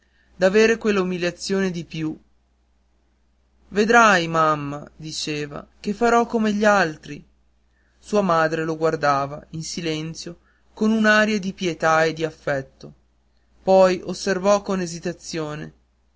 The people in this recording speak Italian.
attrezzi d'aver quella umiliazione di più vedrai mamma diceva che farò come gli altri sua madre lo guardava in silenzio con un'aria di pietà e di affetto poi osservò con esitazione